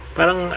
Parang